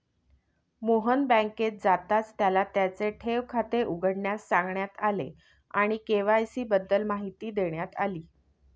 मोहन बँकेत जाताच त्याला त्याचे ठेव खाते उघडण्यास सांगण्यात आले आणि के.वाय.सी बद्दल माहिती देण्यात आली